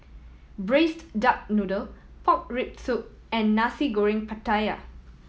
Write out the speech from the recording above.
Braised Duck Noodle pork rib soup and Nasi Goreng Pattaya